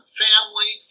family